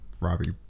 Robbie